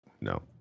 No